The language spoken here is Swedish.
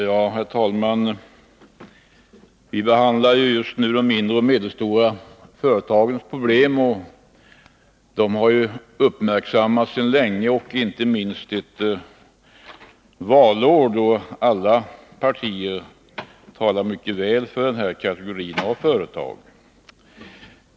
Herr talman! Vi behandlar just nu de mindre och medelstora företagens problem, som har uppmärksammats länge. Inte minst ett valår ägnas de intresse, då alla partier talar mycket väl om denna kategori av företag.